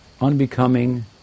unbecoming